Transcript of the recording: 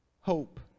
hope